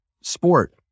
sport